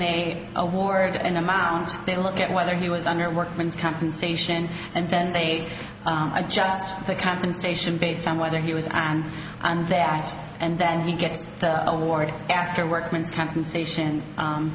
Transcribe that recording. they award an amount they look at whether he was under workman's compensation and then they adjust the compensation based on whether he was on that and then he gets the award after workman's compensation